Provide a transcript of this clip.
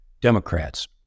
Democrats